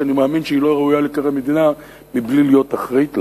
שאני מאמין שהיא לא ראויה להיקרא מדינה מבלי להיות אחראית להם,